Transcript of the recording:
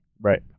Right